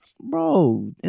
bro